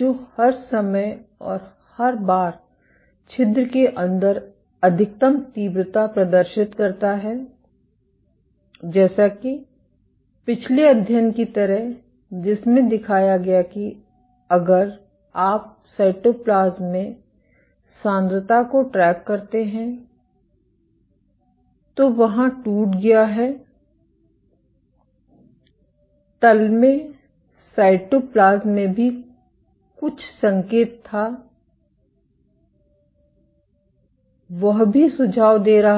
जो हर समय और हर बार छिद्र के अंदर अधिकतम तीव्रता प्रदर्शित करता है जैसा कि पिछले अध्ययन की तरह जिसमें दिखाया गया कि अगर आप साइटोप्लाज्म में सांद्रता को ट्रैक करते हैं तो वहाँ टूट गया है तल में साइटोप्लाज्म में भी कुछ संकेत था वह भी सुझाव दे रहा था